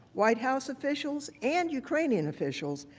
white house officials, and ukrainian officials,